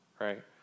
right